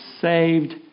saved